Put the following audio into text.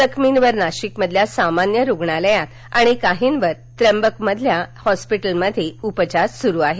जखमींवर नाशिकमधल्या सामान्य रुग्णालयात आणि काहीवर त्र्यंबकमधल्या हॉस्पिटलमध्ये उपचार सुरू आहेत